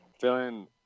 feeling